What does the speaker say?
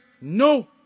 no